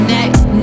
Next